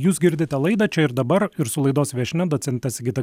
jūs girdite laidą čia ir dabar ir su laidos viešnia docente sigita